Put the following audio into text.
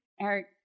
Eric